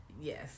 Yes